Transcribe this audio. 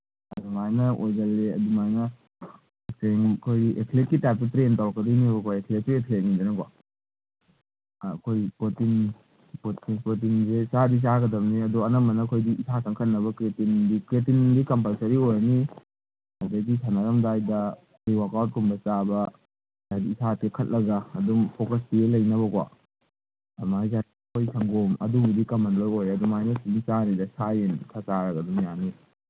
ꯑꯗꯨꯃꯥꯏꯅ ꯑꯣꯏꯒꯜꯂꯤ ꯑꯗꯨꯃꯥꯏꯅ ꯑꯩꯈꯣꯏ ꯑꯦꯊꯦꯂꯦꯠꯀꯤ ꯇꯥꯏꯞꯇ ꯇ꯭ꯔꯦꯟ ꯇꯧꯔꯛꯀꯗꯣꯏꯅꯦꯕꯀꯣ ꯑꯦꯊꯦꯂꯦꯠꯇꯤ ꯑꯦꯊꯦꯂꯦꯠꯅꯤꯗꯀꯣ ꯑꯩꯈꯣꯏ ꯄ꯭ꯔꯣꯇꯤꯟ ꯄ꯭ꯔꯣꯇꯤꯟꯁꯦ ꯆꯥꯗꯤ ꯆꯥꯒꯗꯕꯅꯤ ꯑꯗꯣ ꯑꯅꯝꯕꯅ ꯑꯩꯈꯣꯏꯗꯤ ꯏꯁꯥ ꯀꯪꯈꯠꯅꯕ ꯀ꯭ꯔꯦꯇꯤꯟꯗꯤ ꯀ꯭ꯔꯦꯇꯤꯟꯗꯤ ꯀꯝꯄꯜꯁꯔꯤ ꯑꯣꯏꯔꯅꯤ ꯑꯗꯩꯗꯤ ꯁꯥꯟꯅꯔꯝꯗꯥꯏꯗ ꯋꯥꯛ ꯋꯥꯎꯠꯀꯨꯝꯕ ꯆꯥꯕ ꯍꯥꯏꯗꯤ ꯏꯁꯥ ꯇꯦꯛꯈꯠꯂꯒ ꯑꯗꯨꯝ ꯐꯣꯀꯁ ꯄꯤꯔ ꯂꯩꯅꯕꯀꯣ ꯑꯗꯨꯃꯥꯏ ꯁꯪꯒꯣꯝ ꯑꯗꯨꯕꯨꯗꯤ ꯀꯃꯟ ꯂꯣꯏ ꯑꯣꯏꯔꯦ ꯑꯗꯨꯃꯥꯏꯅ ꯆꯥꯅꯤꯗ ꯁꯥ ꯌꯦꯟ ꯈꯔ ꯆꯥꯔꯒ ꯑꯗꯨꯝ ꯌꯥꯅꯤꯗ